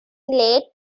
late